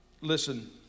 Listen